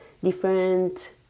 different